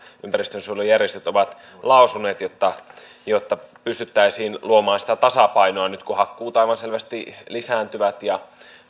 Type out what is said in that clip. ympäristönsuojelujärjestöt ovat lausuneet jotta jotta pystyttäisiin luomaan sitä tasapainoa nyt kun hakkuut aivan selvästi lisääntyvät ja